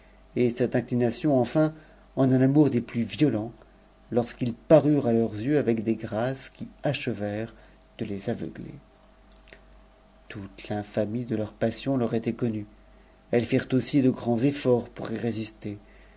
et cette inclination enfin en un amour ks plus violents lorsqu'ils parurent à leurs yeux avec des grâces qui ache n vèrent de les aveugler toute l'infamie de leur passion leur était connue elles firent aussi de grands efforts pour y résister